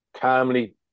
calmly